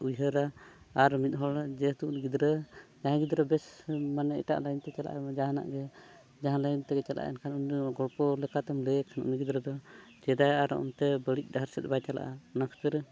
ᱩᱭᱦᱟᱹᱨᱟ ᱟᱨ ᱢᱤᱫ ᱦᱚᱲ ᱡᱮᱦᱮᱛᱩ ᱜᱤᱫᱽᱨᱟᱹ ᱡᱟᱦᱟᱸᱭ ᱜᱤᱫᱽᱨᱟᱹ ᱵᱮᱥ ᱢᱟᱱᱮ ᱮᱴᱟᱜ ᱛᱮ ᱪᱟᱞᱟᱜ ᱟᱭ ᱡᱟᱦᱟᱱᱟᱜ ᱜᱮ ᱡᱟᱦᱟᱸ ᱛᱮᱜᱮ ᱪᱟᱞᱟᱜ ᱟᱭ ᱮᱱᱠᱷᱟᱱ ᱩᱱᱤ ᱜᱚᱞᱯᱚ ᱞᱮᱠᱟᱛᱮᱢ ᱞᱟᱹᱭᱟᱭ ᱠᱷᱟᱱ ᱩᱱᱤ ᱜᱤᱫᱽᱨᱟᱹ ᱫᱚ ᱪᱮᱫᱟᱭ ᱟᱨ ᱚᱱᱛᱮ ᱵᱟᱹᱲᱤᱡ ᱰᱟᱦᱟᱮ ᱥᱮᱫ ᱵᱟᱭ ᱪᱟᱞᱟᱜᱼᱟ ᱚᱱᱟ ᱠᱷᱟᱹᱛᱤᱨ